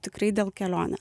tikrai dėl kelionės